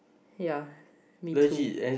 ya me too